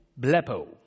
blepo